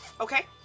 Okay